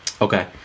Okay